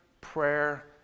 prayer